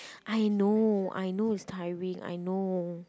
I know I know it's tiring I know